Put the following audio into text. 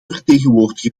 vertegenwoordiger